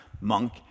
monk